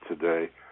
today